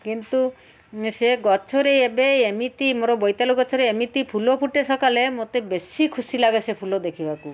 କିନ୍ତୁ ସେ ଗଛରେ ଏବେ ଏମିତି ମୋର ବୋଇତ ଆଳୁ ଗଛରେ ଏମିତି ଫୁଲ ଫୁଟେ ସକାଳେ ମୋତେ ବେଶି ଖୁସି ଲାଗେ ସେ ଫୁଲ ଦେଖିବାକୁ